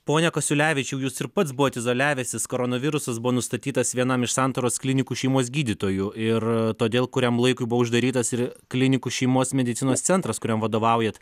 pone kasiulevičiau jūs ir pats buvot izoliavęsis koronavirusas buvo nustatytas vienam iš santaros klinikų šeimos gydytojų ir todėl kuriam laikui buvo uždarytas ir klinikų šeimos medicinos centras kuriam vadovaujat